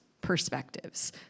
perspectives